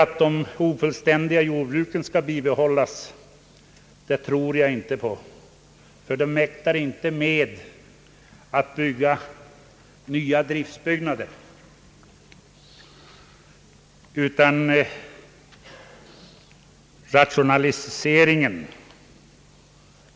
att de ofullständiga jordbruken skall bibehållas är befogad, ty dessa mäktar inte ge ett sådant resultat att nya driftsbyggnader kan uppföras.